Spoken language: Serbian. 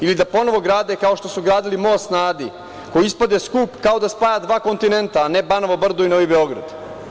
Ili da ponovo grade kao što su gradili most na Adi, koji ispade skup kao da spaja dva kontinenta, a ne Banovo Brdo i Novi Beograd.